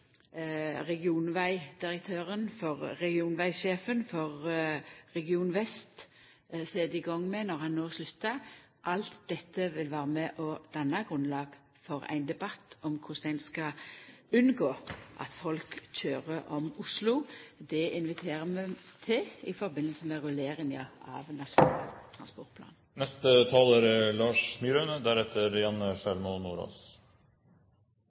Region vest set i gang med når han no sluttar – alt dette vil vera med og danna grunnlag for ein debatt om korleis ein skal unngå at folk køyrer om Oslo. Det inviterer vi til i samband med rulleringa av Nasjonal transportplan. Høyre har ikke for vane å løpe ned talerstolen helt unødvendig. Det